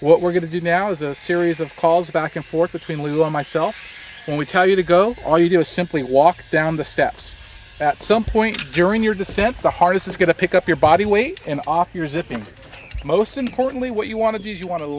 what we're going to do now is a series of calls back and forth between lou i myself and we tell you to go all you do is simply walk down the steps at some point during your descent the hardest is going to pick up your body weight and off your zip and most importantly why you want to do you want to